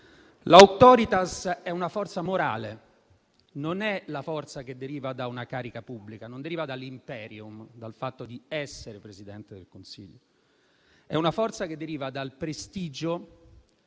L'*auctoritas* è una forza morale, non la forza che deriva da una carica pubblica; non deriva dall'*imperium*, dal fatto di essere Presidente del Consiglio; è una forza che deriva dal prestigio,